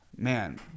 Man